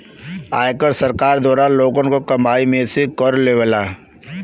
आयकर सरकार द्वारा लोगन क कमाई में से कर लेवला